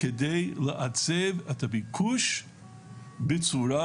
כדי לעצב את הביקוש בצורה